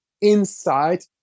inside